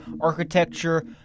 architecture